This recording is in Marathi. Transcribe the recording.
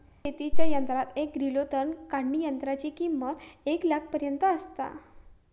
शेतीच्या यंत्रात एक ग्रिलो तण काढणीयंत्राची किंमत एक लाखापर्यंत आसता